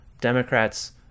democrats